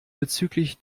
bezüglich